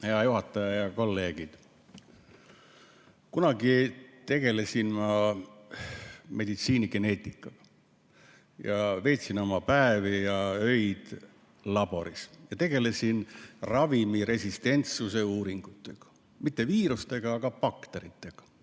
Hea juhataja ja kolleegid! Kunagi tegelesin ma meditsiinigeneetikaga ja veetsin päevi ja öid laboris. Tegelesin ravimiresistentsuse uuringutega, mitte viirustega, vaid bakteritega.